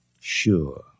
Sure